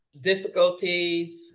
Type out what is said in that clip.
difficulties